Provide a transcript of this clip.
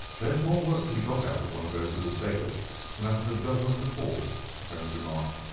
there's more work to be got out of one of those little beggars than out of a dozen of the force, holmes remarked.